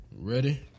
Ready